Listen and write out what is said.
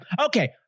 Okay